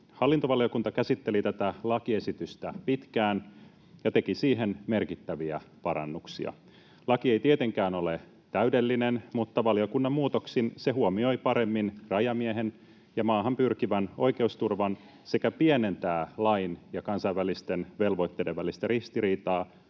Hallintovaliokunta käsitteli tätä lakiesitystä pitkään ja teki siihen merkittäviä parannuksia. Laki ei tietenkään ole täydellinen, mutta valiokunnan muutoksin se huomioi paremmin rajamiehen ja maahan pyrkivän oikeusturvan sekä pienentää lain ja kansainvälisten velvoitteiden välistä ristiriitaa